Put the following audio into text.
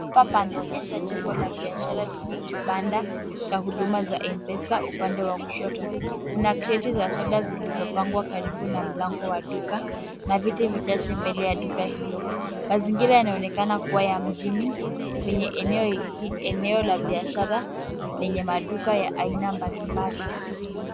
Hapa panaonyesha jengo la biashara yenye kibanda cha huduma za M-pesa upande wa kushoto. Kuna kreti za soda zilizopangwa karibu na mlango wa duka na viti vichache mbele ya duka hiyo. Mazingira yanaonekana kuwa ya mjini, kwenye eneo la biashara lenye maduka ya aina mbalimbali.